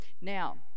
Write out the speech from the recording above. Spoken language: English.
now